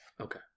Okay